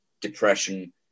depression